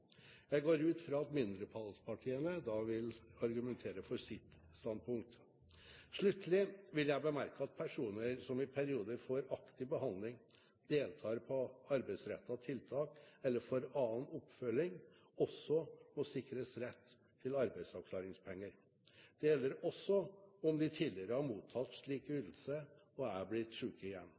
Jeg går ut fra at mindretallspartiene da vil argumentere for sitt standpunkt. Sluttelig vil jeg bemerke at personer som i perioder får aktiv behandling, deltar på arbeidsrettet tiltak eller får annen oppfølging, også må sikres rett til arbeidsavklaringspenger. Det gjelder også om de tidligere har mottatt slik ytelse og er blitt syke igjen.